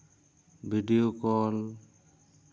video call